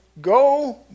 Go